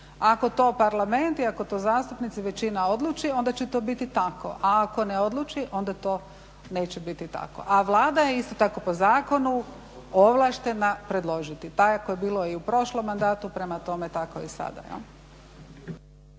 ako to parlament i ako to zastupnici većina odluči onda će to biti tako a ako ne odluči onda to neće biti tako. A Vlada je isto tako po zakonu ovlaštena predložiti. Tako je bilo i u prošlom mandatu, prema tome tako je i sada.